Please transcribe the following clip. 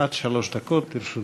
עד שלוש דקות לרשות גברתי.